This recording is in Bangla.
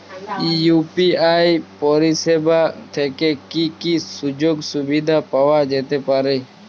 ইউ.পি.আই পরিষেবা থেকে কি কি সুযোগ সুবিধা পাওয়া যেতে পারে?